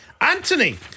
Anthony